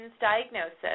diagnosis